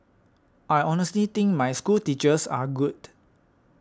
I honestly think my schoolteachers are good